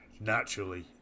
naturally